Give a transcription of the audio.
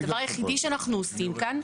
הדבר היחידי שאנחנו עושים כאן,